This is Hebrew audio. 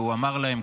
והוא אמר להם,